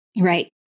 Right